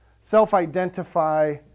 self-identify